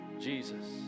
Jesus